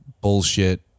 bullshit